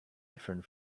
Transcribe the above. different